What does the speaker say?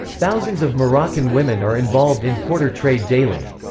thousands of moroccan women are involved in porter trade daily.